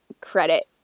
credit